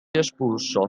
espulso